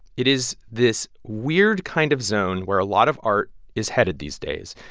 it is this weird kind of zone where a lot of art is headed these days.